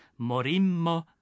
Morimmo